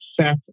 set